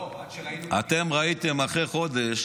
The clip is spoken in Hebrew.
לא, עד שראינו את הביצועים.